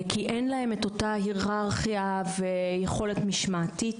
כי אין להם את אותה היררכיה ויכולת משמעתית,